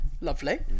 lovely